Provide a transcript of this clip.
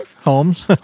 Holmes